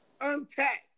Untaxed